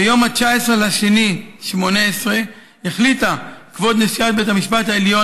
ביום 19 בפברואר 2018 החליטה כבוד נשיאת בית המשפט העליון,